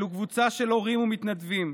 זו קבוצה של הורים ומתנדבים,